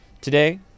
Today